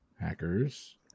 Hackers